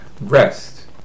rest